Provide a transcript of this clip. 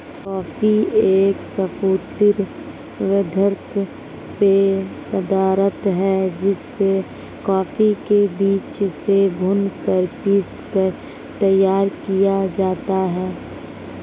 coffee एक स्फूर्ति वर्धक पेय पदार्थ है जिसे कॉफी के बीजों से भूनकर पीसकर तैयार किया जाता है